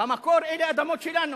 במקור אלה אדמות שלנו,